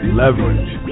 leverage